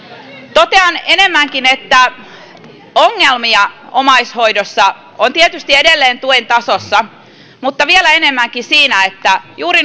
totean enemmänkin että ongelmia omaishoidossa on tietysti edelleen tuen tasossa mutta vielä enemmänkin siinä että juuri